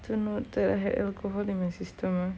to know that I had alcohol in my system ah